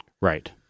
Right